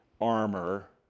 armor